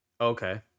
Okay